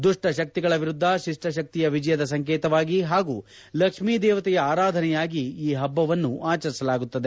ದ್ಯಷ್ಟ ಶಕ್ತಿಗಳ ವಿರುದ್ದ ಶಿಷ್ಟ ಶಕ್ತಿಯ ವಿಜಯದ ಸಂಕೇತವಾಗಿ ಹಾಗೂ ಲಕ್ಷ್ಮೀ ದೇವತೆಯ ಆರಾಧನೆಯಾಗಿ ಈ ಪಬ್ಬವನ್ನು ಆಚರಿಸಲಾಗುತ್ತದೆ